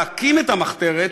להקים את המחתרת,